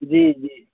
जी जी